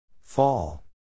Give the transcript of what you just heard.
Fall